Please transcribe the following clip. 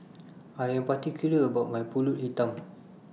I Am particular about My Pulut Hitam